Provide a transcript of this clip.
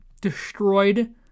destroyed